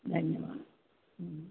धन्यवादु हूं